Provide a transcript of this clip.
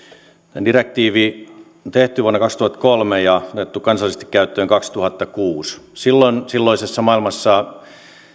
direktiivi on tehty vuonna kaksituhattakolme ja otettu kansallisesti käyttöön kaksituhattakuusi silloisessa maailmassa